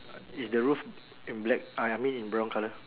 is the roof in black uh I mean in brown colour